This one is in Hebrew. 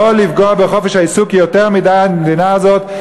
לא לפגוע בחופש העיסוק יותר מדי במדינה הזאת,